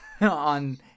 on